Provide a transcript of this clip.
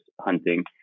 hunting